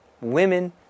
Women